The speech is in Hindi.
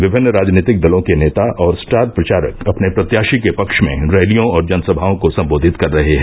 विभिन्न राजनीतिक दलों के नेता और स्टार प्रचारक अपने प्रत्याषी के पक्ष में रैलियों और जनसभाओं को सम्बोधित कर रहे हैं